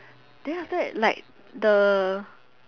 then after that like the